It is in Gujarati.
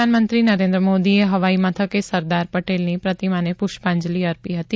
પ્રધાનમંત્રી નરેન્દ્ર મોદીએ હવાઈ મથકે સરદાર પટેલની પ્રતિમાને પૂષ્પાજંલિ અર્પી હતી